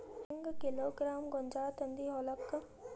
ಹೆಂಗ್ ಕಿಲೋಗ್ರಾಂ ಗೋಂಜಾಳ ತಂದಿ ಹೊಲಕ್ಕ?